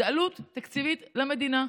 זה עלות תקציבית למדינה.